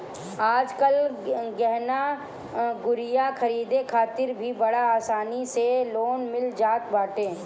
आजकल गहना गुरिया खरीदे खातिर भी बड़ा आसानी से लोन मिल जात बाटे